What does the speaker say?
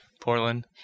Portland